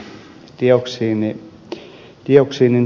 arvoisa puhemies